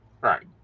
Right